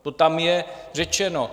To tam je řečeno.